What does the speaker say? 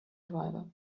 driver